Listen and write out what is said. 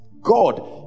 God